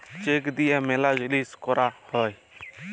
check দিয়া ম্যালা জিলিস ক্যরা হ্যয়ে